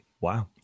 Wow